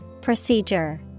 Procedure